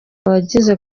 abagize